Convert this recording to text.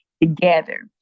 together